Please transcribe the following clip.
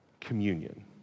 communion